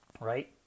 Right